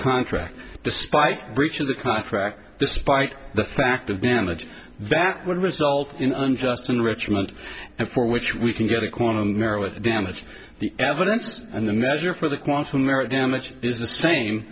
contract despite breach of the contract despite the fact of damage that would result in unjust enrichment and for which we can get a quantum marilyn damage the evidence and the measure for the quantum merit damage is the same